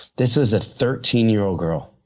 this is a thirteen year old girl,